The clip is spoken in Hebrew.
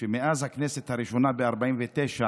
שמאז הכנסת הראשונה ב-1949